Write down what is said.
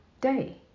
day